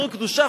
אומרים קדושה,